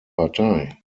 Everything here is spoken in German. partei